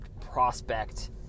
prospect